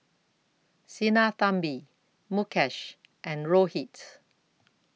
Sinnathamby Mukesh and Rohit